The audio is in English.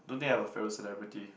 don't think I have a favorite celebrity